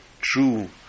true